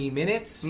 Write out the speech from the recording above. minutes